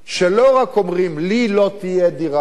שלא רק אומרים: לי לא תהיה דירה,